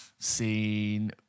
seen